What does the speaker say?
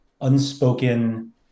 unspoken